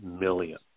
million